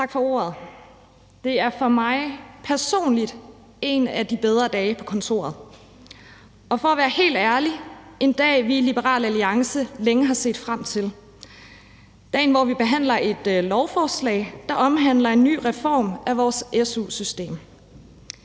Tak for ordet. Det er for mig personligt en af de bedre dag på kontoret og for at være helt ærlig en dag, vi i Liberal Alliance længe har set frem til – dagen, hvor vi behandler et lovforslag, der omhandler en ny reform af vores su-system.